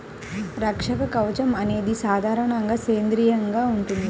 రక్షక కవచం అనేది సాధారణంగా సేంద్రీయంగా ఉంటుంది